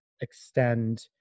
extend